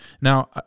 Now